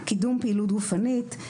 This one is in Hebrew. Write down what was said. קידום פעילות גופנית,